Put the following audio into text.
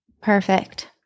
Perfect